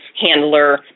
handler